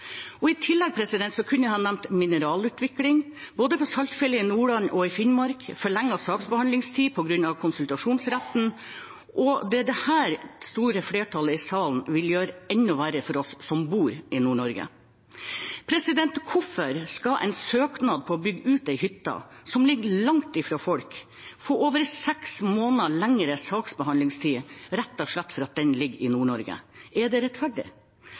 I tillegg kunne jeg nevnt mineralutvikling, både på Saltfjellet i Nordland og i Finnmark, og forlenget saksbehandlingstid på grunn av konsultasjonsretten. Det er dette det store flertallet i salen vil gjøre enda verre for oss som bor i Nord-Norge. Hvorfor skal en søknad på å bygge ut en hytte som ligger langt fra folk, få over seks måneder lengre saksbehandlingstid rett og slett fordi den ligger i Nord-Norge? Er det rettferdig?